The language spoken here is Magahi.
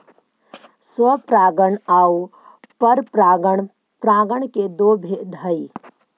स्वपरागण आउ परपरागण परागण के दो भेद हइ